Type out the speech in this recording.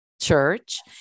Church